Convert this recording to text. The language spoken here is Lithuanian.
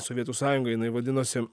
sovietų sąjunga jinai vadinosi